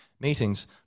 meetings